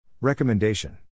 Recommendation